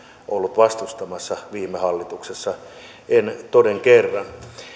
ollut vastustamassa viime hallituksessa en toden kerran